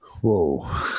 Whoa